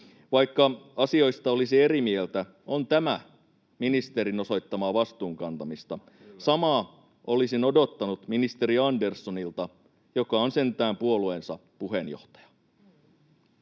Vaikka asioista olisi eri mieltä, on tämä ministerin osoittamaa vastuunkantamista. Samaa olisin odottanut ministeri Anderssonilta, joka on sentään puolueensa puheenjohtaja.